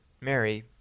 Mary